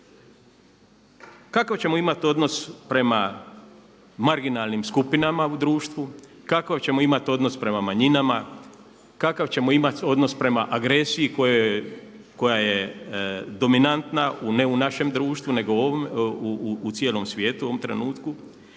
kakav ćemo imati odnos prema marginalnim skupinama u društvu, kakav ćemo imati odnos prema manjinama, kakav ćemo imati odnos prema agresiji koja je dominantna, ne u našem društvu nego u cijelom svijetu u ovom trenutku,